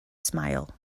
smile